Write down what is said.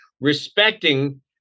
Respecting